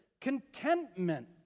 contentment